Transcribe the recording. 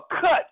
cut